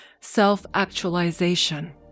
self-actualization